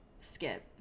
skip